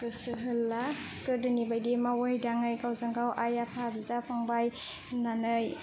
गोसो होला गोदोनि बायदि मावै दाङै आइ आफा बिदा फंबाय होननानै